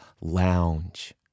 lounge